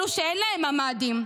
אלו שאין להם ממ"דים,